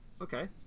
okay